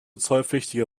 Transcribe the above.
zollpflichtige